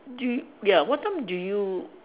do ya what time do you